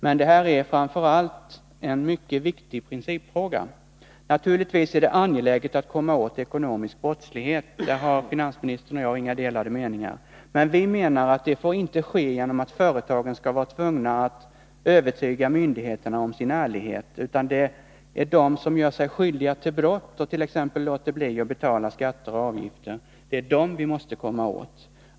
Men det här är framför allt en mycket viktig principfråga. Naturligtvis är det angeläget att komma åt ekonomisk brottslighet. Där har finansministern och jag inga delade meningar. Men vi menar att detta inte får ske genom att företagen skall vara tvingade att övertyga myndigheterna om sin ärlighet. Det är de som gör sig skyldiga till brott, t.ex. genom att låta bli att betala skatt och avgifter, som vi måste komma åt.